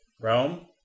Rome